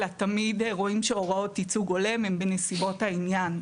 אלא תמיד רואים שהוראות ייצוג הולם הן בנסיבות העניין,